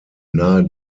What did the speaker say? nahe